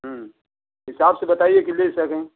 हिसाब से बताइए कि ले सकें